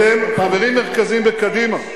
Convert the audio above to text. אתם, חברים מרכזיים בקדימה.